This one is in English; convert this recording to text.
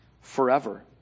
forever